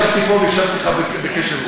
ישבתי פה והקשבתי לך בקשב רב.